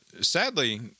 sadly